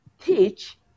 teach